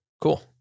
cool